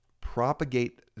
propagate